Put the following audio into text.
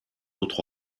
autre